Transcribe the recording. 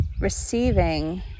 receiving